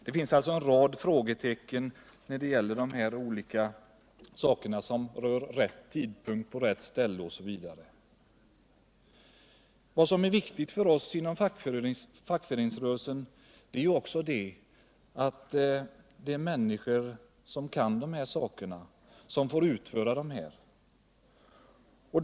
Det finns alltså en rad frågetecken i samband med rätt tidpunkt. rätt ställe OSV. Viktigt för oss inom fack föreningsrörelsen är också aut arbetena får utföras av människor som kan sådana här saker.